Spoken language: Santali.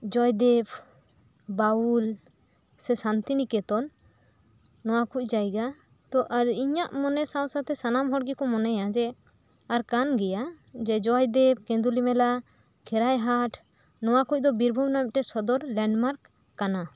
ᱡᱚᱭᱫᱮᱵ ᱵᱟᱹᱣᱩᱞ ᱥᱮ ᱥᱟᱱᱛᱤᱱᱤᱠᱮᱛᱚᱱ ᱱᱚᱶᱟ ᱠᱩᱡ ᱡᱟᱭᱜᱟ ᱛᱳ ᱤᱧᱟᱜ ᱢᱚᱱᱮ ᱥᱟᱶ ᱥᱟᱶᱛᱮ ᱥᱟᱱᱟᱢ ᱦᱚᱲ ᱜᱮᱠᱚ ᱢᱚᱱᱮᱭᱟ ᱡᱮ ᱟᱨ ᱠᱟᱱ ᱜᱮᱭᱟ ᱡᱚᱭᱫᱮᱵ ᱠᱮᱸᱫᱩᱞᱤ ᱢᱮᱞᱟ ᱠᱷᱮᱨᱟᱭ ᱦᱟᱴ ᱱᱚᱣᱟ ᱠᱩᱡ ᱫᱚ ᱵᱤᱨᱵᱷᱩᱢ ᱨᱮᱱᱟᱜ ᱥᱚᱫᱚᱨ ᱞᱮᱰᱢᱟᱨ ᱢᱟᱨᱠ ᱠᱟᱱᱟ